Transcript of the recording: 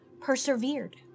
persevered